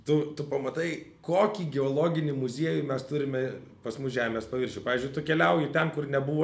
tu tu pamatai kokį geologinį muziejų mes turime pas mus žemės paviršiu pavyzdžiui tu keliauji ten kur nebuvo